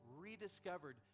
rediscovered